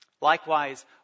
Likewise